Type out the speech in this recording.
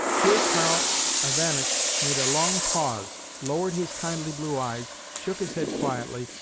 here karl ivanitch made a long pause, lowered his kindly blue eyes, shook his head quietly,